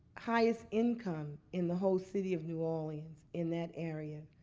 highest income in the whole city of new orleans in that area,